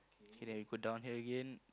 k then we go down here again